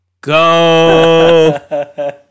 go